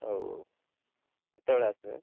ହଉ ହଉ କେତେବେଳେ ଆସିବେ